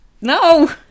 No